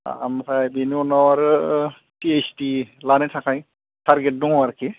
ओमफ्राय बिनि उनाव आरो पि ओइत्स दि लानो थाखाय टार्गेट दङ आरोखि